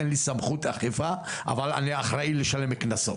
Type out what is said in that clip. אין לי סמכות אכיפה אבל אני אחראי לשלם קנסות.